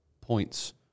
points